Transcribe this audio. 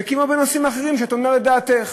כמו בנושאים אחרים שבהם את אומרת את דעתך.